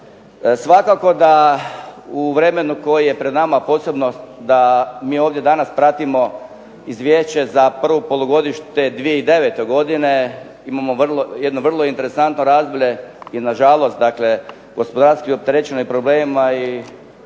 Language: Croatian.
Svakako da u vremenu koje je pred nama, posebno da mi ovdje danas pratimo izvješće za prvo polugodište 2009. godine, imamo jedno vrlo interesantno razdoblje, na žalost gospodarski opterećeno problemima,